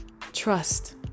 Trust